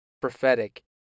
prophetic